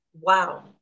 wow